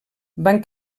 van